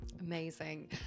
Amazing